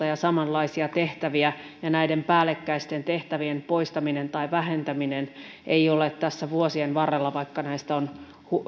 ja samanlaisia tehtäviä ja näiden päällekkäisten tehtävien poistamiseen tai vähentämiseen ei ole tässä vuosien varrella tartuttu vaikka näistä on